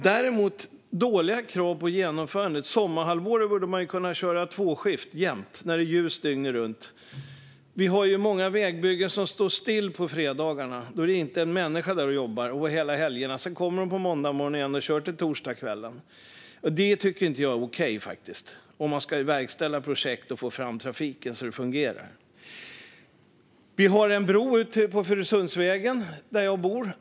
Däremot är det dåliga krav vad gäller genomförande. Sommarhalvåret borde man ju kunna köra tvåskift jämt, när det är ljust dygnet runt. Vi har många vägbyggen som står still på fredagarna - då är det inte en människa där och jobbar - och hela helgerna. Sedan kommer de på måndagsmorgonen igen och kör till torsdagskvällen. Det tycker jag faktiskt inte är okej om man ska verkställa ett projekt och få fram trafiken så att det fungerar. Vi har en bro på Furusundsvägen, där jag bor.